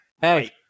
Hey